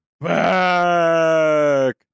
back